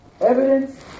evidence